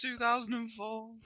2004